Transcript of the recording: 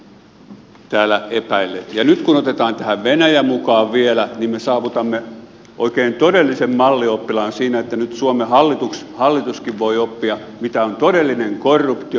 ja nyt kun otetaan tähän venäjä mukaan vielä niin me saavutamme oikein todellisen mallioppilaan tason siinä että nyt suomen hallituskin voi oppia mitä on todellinen korruptio